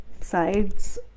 sides